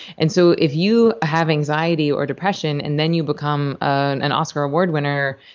and so if you have anxiety or depression and then you become an oscar award winner,